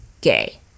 gay